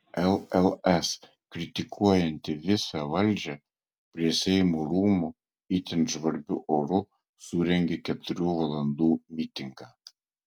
lls kritikuojanti visą valdžią prie seimo rūmų itin žvarbiu oru surengė keturių valandų mitingą